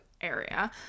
area